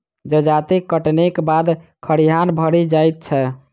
जजाति कटनीक बाद खरिहान भरि जाइत छै